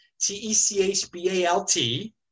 T-E-C-H-B-A-L-T